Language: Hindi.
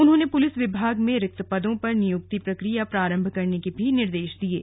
उन्होंने पुलिस विभाग में रिक्त पदों पर नियुक्ति प्रक्रिया प्रारम्भ करने के निर्देश दिये हैं